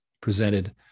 presented